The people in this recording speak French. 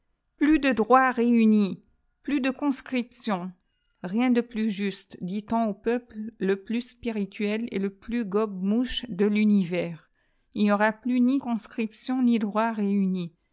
plus de droits réunis plus de oonj cription rien de plus juste dit-on au peuple le plus spirituel et le plus gobe mouche de tunivers il n'y aura plus ni conscription ni droits réunis